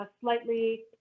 slightly